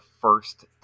first